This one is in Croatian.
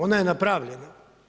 Ona je napravljena.